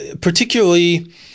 particularly